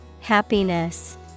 Happiness